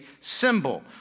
symbol